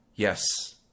Yes